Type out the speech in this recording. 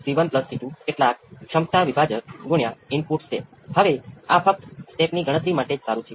તમારી પાસે scaling factor શું છે તે પ્રારંભિક શરતો પર આધાર રાખે છે